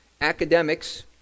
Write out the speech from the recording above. academics